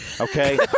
Okay